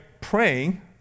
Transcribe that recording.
praying